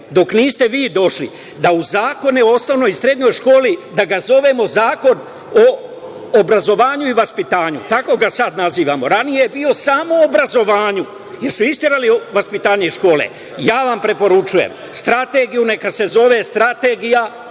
dok niste vi došli, da u zakone o osnovnoj i srednjoj školi, da ga zovemo Zakon o obrazovanju i vaspitanju, kako ga sad nazivamo. Ranije je bio samo o obrazovanju, jer su isterali vaspitanje iz škole. Ja vam preporučujem strategiju, neka se zove strategija